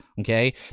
Okay